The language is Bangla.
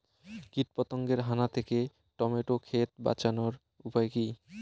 কীটপতঙ্গের হানা থেকে টমেটো ক্ষেত বাঁচানোর উপায় কি?